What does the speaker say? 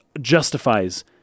justifies